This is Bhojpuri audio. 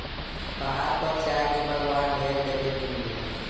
पहाड़ पर चाय के बगावान ढेर देखे के मिलेला